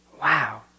Wow